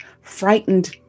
frightened